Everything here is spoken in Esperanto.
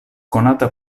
konata